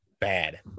bad